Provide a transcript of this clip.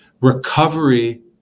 recovery